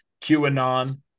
QAnon